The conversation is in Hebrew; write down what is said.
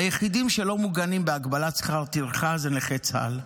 היחידים שלא מוגנים בהגבלת שכר טרחה הם נכי צה"ל.